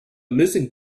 missing